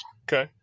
okay